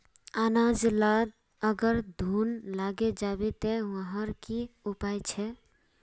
अनाज लात अगर घुन लागे जाबे ते वहार की उपाय छे?